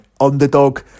underdog